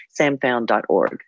samfound.org